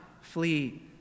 flee